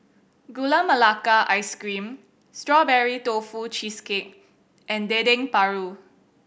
Gula Melaka Ice Cream Strawberry Tofu Cheesecake and Dendeng Paru